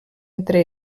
entre